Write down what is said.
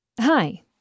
Hi